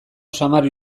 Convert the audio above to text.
samar